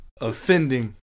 offending